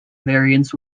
variants